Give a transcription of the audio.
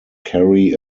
carry